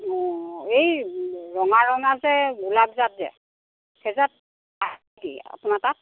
এই ৰঙা ৰঙা যে গোলাপজাত যে সেই জাত আছে নেকি আপোনাৰ তাত